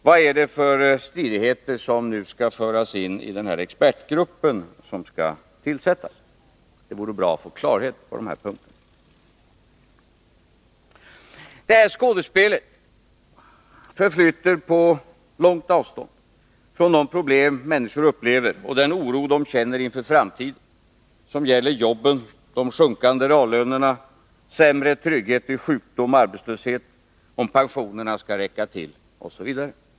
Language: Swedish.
Vad är det för stridigheter som nu skall föras in i den expertgrupp som skall tillsättas? Det vore bra att få klarhet på dessa punkter. Detta skådespel förflyter på långt avstånd från de problem människor upplever och den oro de känner inför framtiden, som gäller jobben, de sjunkande reallönerna, sämre trygghet vid sjukdom och arbetslöshet, om pensionerna skall räcka till osv.